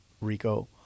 Rico